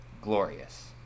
glorious